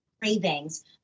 Cravings